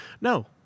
No